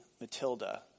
Matilda